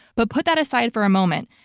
but put that aside for a moment.